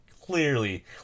clearly